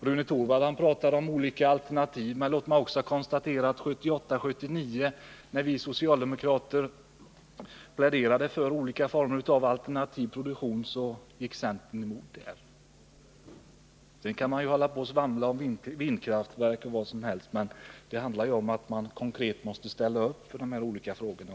Rune Torwald talade om olika alternativ, men låt mig konstatera att centern gick emot våra förslag när vi 1978 och 1979 pläderade för olika former av alternativ produktion. Man kan svamla om vindkraftverk och vad som helst, men man måste också på ett konkret sätt ställa upp i de olika frågorna.